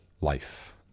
life